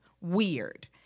weird